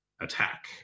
attack